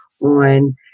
on